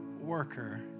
worker